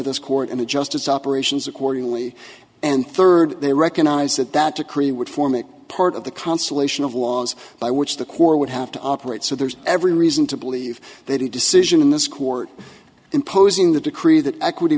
this court and adjust its operations accordingly and third they recognize that that to create would form part of the constellation of laws by which the corps would have to operate so there's every reason to believe they decision in this court imposing the decree that equity